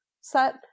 set